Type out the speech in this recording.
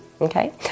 okay